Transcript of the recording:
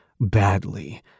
Badly